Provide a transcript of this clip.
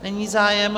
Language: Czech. Není zájem.